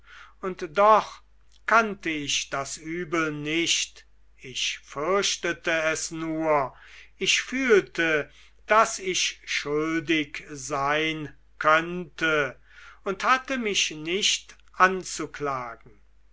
und doch kannte ich das übel nicht ich fürchtete es nur ich fühlte daß ich schuldig sein könnte und hatte mich nicht anzuklagen